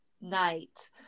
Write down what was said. night